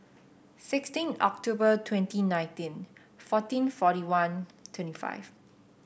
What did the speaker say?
sixteen October twenty nineteen fourteen forty one twenty five